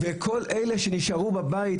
וכל אלה שנשארו בבית,